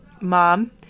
Mom